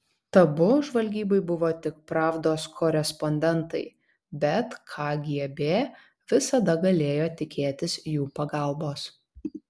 tabu žvalgybai buvo tik pravdos korespondentai bet kgb visada galėjo tikėtis jų pagalbos